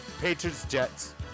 Patriots-Jets